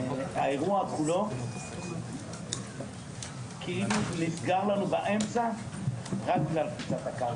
האירוע כולו כאילו נסגר לנו באמצע רק בגלל פריצת הקהל.